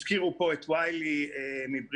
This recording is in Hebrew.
הזכירו פה את ווילי מבריטניה,